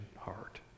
heart